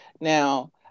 Now